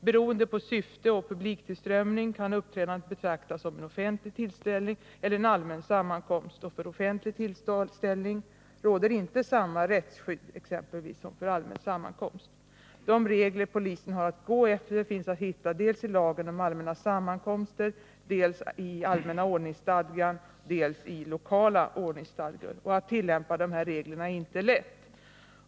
Beroende på syfte och publiktillströmning kan uppträdandet betraktas som en offentlig tillställning eller en allmän sammankomst — och för offentlig tillställning råder inte samma rättsskydd exempelvis som för allmän sammankomst. De regler polisen har att gå efter finns att hitta dels i lagen om allmänna sammankomster, dels i allmänna ordningsstadgan, dels också i lokala ordningsstadgor. Att tillämpa dessa regler är inte lätt.